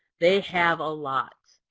they have a lot.